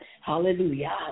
Hallelujah